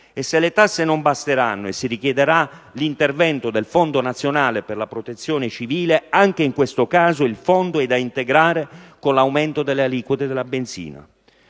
e se le tasse non basteranno e si richiederà l'intervento del Fondo nazionale per la protezione civile, anche in questo caso il Fondo è da integrare con l'aumento delle aliquote sulla benzina.